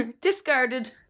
Discarded